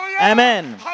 Amen